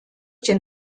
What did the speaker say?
den